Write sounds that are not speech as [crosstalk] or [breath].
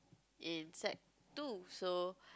in sec two so [breath]